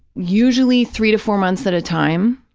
usually three to four months at a time,